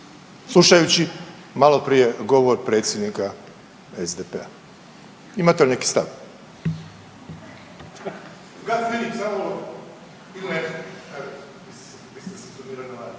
Slušajući maloprije govor predsjednika SDP-a, imate li neki stav.